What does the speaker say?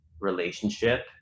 relationship